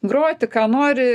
groti ką nori